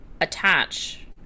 attach